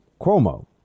Cuomo